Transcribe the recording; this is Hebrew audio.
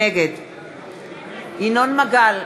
נגד ינון מגל,